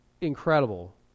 incredible